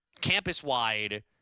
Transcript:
campus-wide